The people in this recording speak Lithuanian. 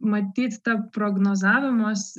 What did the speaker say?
matyt ta prognozavimas